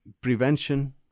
Prevention